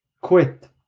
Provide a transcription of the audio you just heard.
Quit